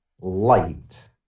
light